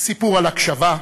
סיפור על הקשבה,